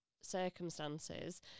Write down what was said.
circumstances